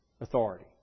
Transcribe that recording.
authority